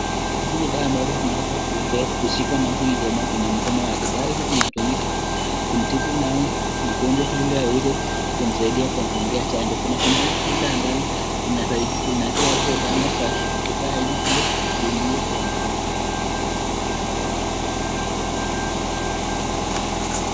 Hizi ni dawa amabazo zimeweza kuwekwa na kushikwa na huyu jamaa kwenye mkono wake. Dawa hizi zinatumika kumtibu nao mgonjwa ili aweze kumsaidia kwa kumpea chanjo. Kuna sindano ile ambayo inatoa hiyo dawa kwa kifaa hicho ili idungwe kwa mgonjwa